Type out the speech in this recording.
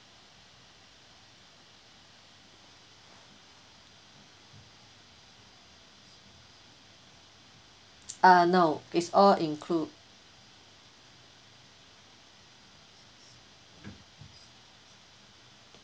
uh no it's all include